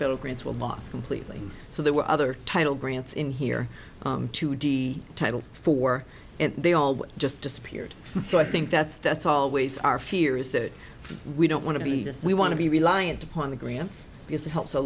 federal grants were lost completely so there were other title grants in here two d title four and they all just disappeared so i think that's that's always our fear is that we don't want to be we want to be reliant upon the grants because that helps